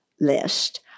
list